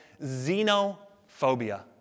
xenophobia